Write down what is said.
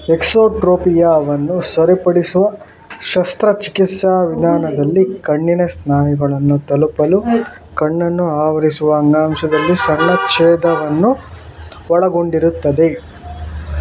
ಎಕ್ಸೋಟ್ರೋಪಿಯಾವನ್ನು ಸರಿಪಡಿಸುವ ಶಸ್ತ್ರಚಿಕಿತ್ಸಾ ವಿಧಾನದಲ್ಲಿ ಕಣ್ಣಿನ ಸ್ನಾಯುಗಳನ್ನು ತಲುಪಲು ಕಣ್ಣನ್ನು ಆವರಿಸುವ ಅಂಗಾಂಶದಲ್ಲಿ ಸಣ್ಣ ಛೇದವನ್ನು ಒಳಗೊಂಡಿರುತ್ತದೆ